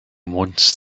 once